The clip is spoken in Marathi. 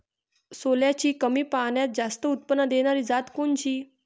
सोल्याची कमी पान्यात जास्त उत्पन्न देनारी जात कोनची?